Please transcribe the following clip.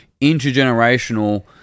intergenerational